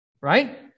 Right